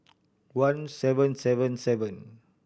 one seven seven seven